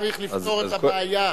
צריך לפתור את הבעיה.